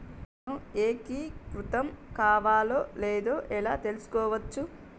నేను ఏకీకృతం కావాలో లేదో ఎలా తెలుసుకోవచ్చు?